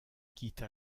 quitte